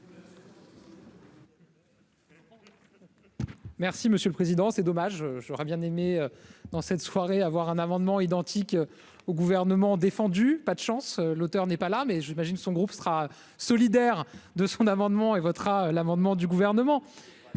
Merci monsieur le Président, c'est dommage, j'aurais bien aimé dans cette soirée, avoir un amendement identique au gouvernement défendu, pas de chance, l'auteur n'est pas là mais j'imagine son groupe sera solidaire de son amendement et votera l'amendement du gouvernement,